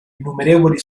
innumerevoli